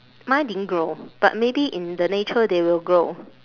mine didn't grow but maybe in the nature they will grow